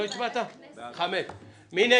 מי בעד הצעה 1 של קבוצת סיעת המחנה הציוני?